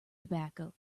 tobacco